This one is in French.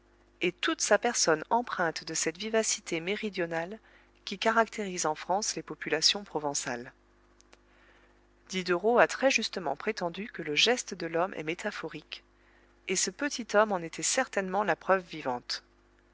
et toute sa personne empreinte de cette vivacité méridionale qui caractérise en france les populations provençales diderot a très justement prétendu que le geste de l'homme est métaphorique et ce petit homme en était certainement la preuve vivante